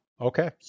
Okay